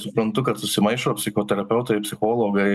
suprantu kad susimaišo psichoterapeutai psichologai